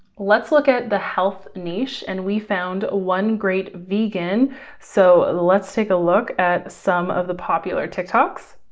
let's look at the health niche and we found onegreatvegan. so let's take a look at some of the popular tiktoks.